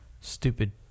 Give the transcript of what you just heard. stupid